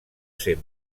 ser